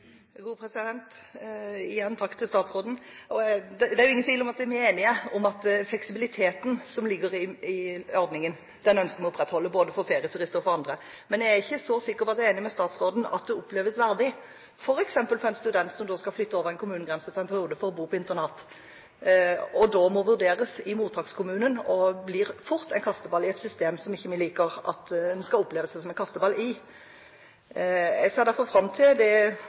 Igjen takk til statsråden. Det er jo ingen tvil om at vi er enige om at vi ønsker å opprettholde fleksibiliteten som ligger i ordningen, både for ferieturister og for andre. Men jeg er ikke så sikker på at jeg er enig med statsråden i at det oppleves verdig f.eks. for en student som skal flytte over en kommunegrense for en periode for å bo på internat, og som da må vurderes i mottakskommunen, og som fort blir en kasteball i et system som vi ikke liker å oppleve å være en kasteball i. Jeg ser derfor fram til det